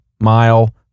mile